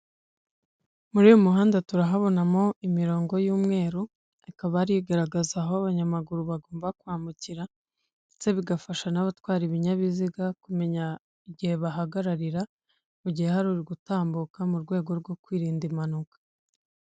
Muri uyu muhanda turahabonamo imirongo y'umweru ikaba ar'igaragaza aho abanyamaguru bagomba kwambukira ndetse bigafasha nabatwara ibinyabiziga kumenya igihe bahagararira mu gihe hari uri gutambuka mu rwego rwo kwirinda impanuka.